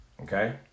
Okay